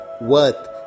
worth